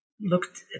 looked